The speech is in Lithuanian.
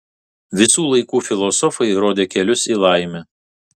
visų laikų filosofai rodė kelius į laimę